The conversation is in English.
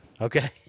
Okay